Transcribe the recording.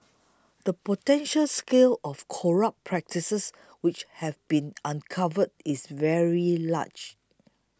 the potential scale of corrupt practices which have been uncovered is very large